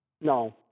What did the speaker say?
No